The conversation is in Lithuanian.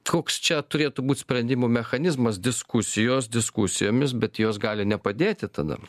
koks čia turėtų būt sprendimų mechanizmas diskusijos diskusijomis bet jos gali nepadėti tada